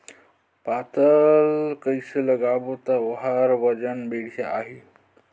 पातल कइसे लगाबो ता ओहार वजन बेडिया आही?